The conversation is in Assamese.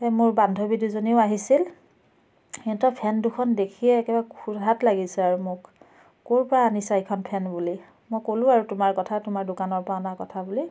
এই মোৰ বান্ধৱী দুজনীও আহিছিল হেঁতৰ ফেন দুখন দেখিয়েই একেবাৰে সোধাত লাগিছে আৰু মোক ক'ৰ পৰা আনিছা এইখন ফেন বুলি মই ক'লোঁ আৰু তোমাৰ কথা তোমাৰ দোকানৰ পৰা অনাৰ কথা বুলি